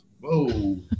whoa